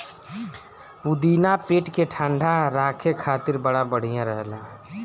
पुदीना पेट के ठंडा राखे खातिर बड़ा बढ़िया रहेला